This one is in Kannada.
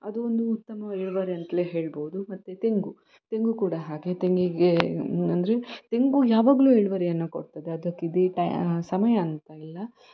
ಅದು ಒಂದು ಉತ್ತಮ ಇಳುವರಿ ಅಂತಲೇ ಹೇಳ್ಬೋದು ಮತ್ತು ತೆಂಗು ತೆಂಗು ಕೂಡ ಹಾಗೆ ತೆಂಗಿಗೆ ಅಂದರೆ ತೆಂಗು ಯಾವಾಗಲೂ ಇಳುವರಿಯನ್ನು ಕೊಡ್ತದೆ ಅದಕ್ಕೆ ಇದೇ ಟ ಸಮಯ ಅಂತ ಇಲ್ಲ